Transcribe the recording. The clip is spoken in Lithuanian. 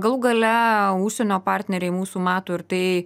galų gale užsienio partneriai mūsų mato ir tai